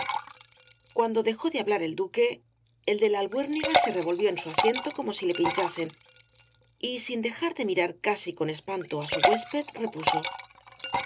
cuando dejó de hablar el duque el de la albuérniga se revolvió en su asiento como si le pinchasen y sin dejar de mirar casi con espanto á su huésped repuso